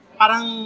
parang